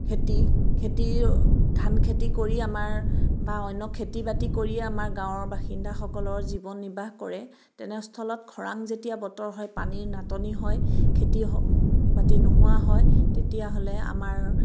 খেতি খেতি ধানখেতি কৰি আমাৰ বা অন্য খেতি বাতি কৰি আমাৰ গাঁৱৰ বাসিন্দাসকলৰ জীৱন নিৰ্বাহ কৰে তেনে স্থলত খৰাং যেতিয়া বতৰ হয় পানীৰ নাটনি হয় খেতি বাতি নোহোৱা হয় তেতিয়াহ'লে আমাৰ